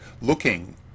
looking